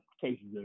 cases